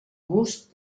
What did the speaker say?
gust